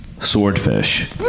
Swordfish